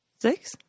six